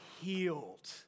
healed